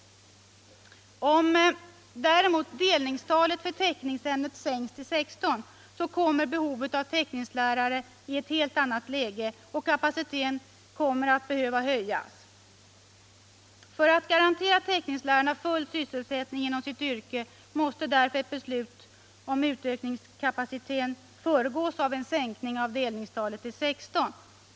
Om däremot delningstalet för teckningsämnet sänks till 16 kommer behovet av teckningslärare i ett helt annat läge, och kapaciteten kommer att behöva höjas. För att garantera teckningslärarna full sysselsättning inom sitt yrke måste därför ett beslut om ökning av utbildningskapaciteten föregås av en sänkning av delningstalet till 16.